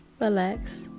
relax